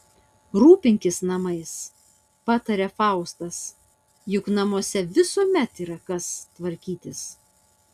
rūpinkis namais pataria faustas juk namuose visuomet yra kas tvarkytis